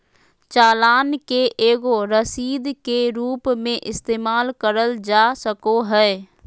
चालान के एगो रसीद के रूप मे इस्तेमाल करल जा सको हय